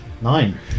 Nine